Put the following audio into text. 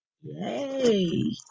Yay